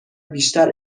بیشتر